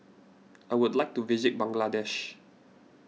I would like to visit Bangladesh